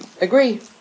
agree